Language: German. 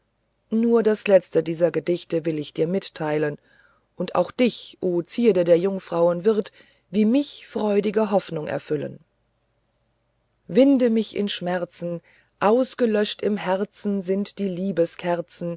nur das letzte dieser gedichte will ich dir mitteilen und auch dich o zierde der jungfrauen wird wie mich freudige hoffnung erfüllen winde mich in schmerzen ausgelöscht im herzen sind die